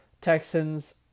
Texans